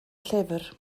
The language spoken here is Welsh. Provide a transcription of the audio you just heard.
llyfr